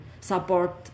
support